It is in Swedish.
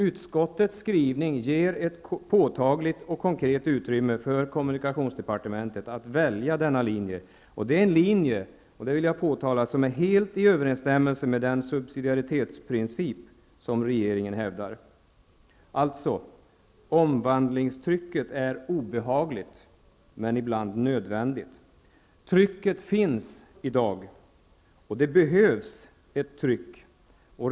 Utskottets skrivning ger ett påtagligt och konkret utrymme för kommunikationsdepartementet att välja denna linje. Det är en linje, det vill jag påpeka, som är helt i överensstämmelse med den subsidiaritetsprincip som regeringen hävdar. Alltså: Omvandlingstrycket är obehagligt men ibland nödvändigt. Trycket finns i dag, och det behövs.